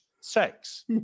sex